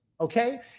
okay